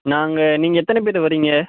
நாங்கள் நீங்கள் எத்தனை பேர் வரீங்க